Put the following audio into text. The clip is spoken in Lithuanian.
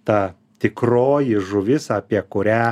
ta tikroji žuvis apie kurią